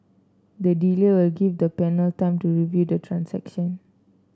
the delay will give the panel time to review the transaction